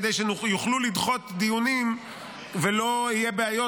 כדי שיוכלו לדחות דיונים ולא יהיו בעיות